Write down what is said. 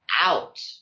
out